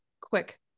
quick